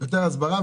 יותר הסברה,